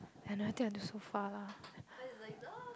I never think until so far lah